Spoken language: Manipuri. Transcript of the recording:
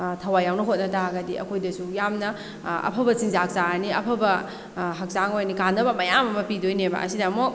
ꯊꯋꯥꯏ ꯌꯥꯎꯅ ꯍꯣꯠꯅ ꯇꯥꯔꯒꯗꯤ ꯑꯩꯈꯣꯏꯗꯁꯨ ꯌꯥꯝꯅ ꯑꯐꯕ ꯆꯤꯟꯖꯥꯛ ꯆꯥꯔꯅꯤ ꯑꯐꯕ ꯍꯛꯆꯥꯡ ꯑꯣꯏꯔꯅꯤ ꯀꯥꯟꯅꯕ ꯃꯌꯥꯝ ꯑꯃ ꯄꯤꯗꯣꯏꯅꯦꯕ ꯑꯁꯤꯗ ꯑꯃꯨꯛ